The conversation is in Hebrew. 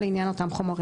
לעניין אותם חומרים,